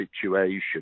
situation